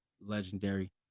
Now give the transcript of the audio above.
legendary